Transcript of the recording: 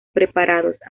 preparados